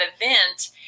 event